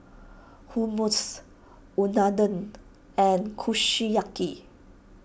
Hummus Unadon and Kushiyaki